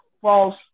false